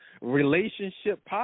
relationship